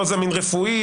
לא זמין רפואי,